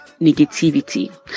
negativity